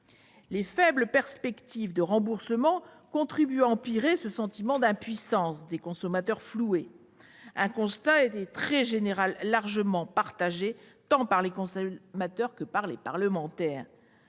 Les faibles perspectives de remboursement contribuent à empirer ce sentiment d'impuissance des consommateurs floués. Un constat est donc très largement partagé, tant par les consommateurs que les parlementaires